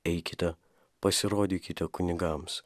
eikite pasirodykite kunigams